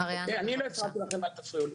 לא הפרעתי לכם אל תפריעו לי,